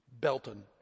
Belton